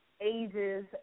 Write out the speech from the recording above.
ages